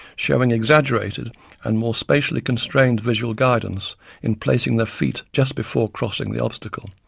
showing exaggerated and more spatially constrained visual guidance in placing their feet just before crossing the obstacle,